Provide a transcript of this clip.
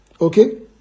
Okay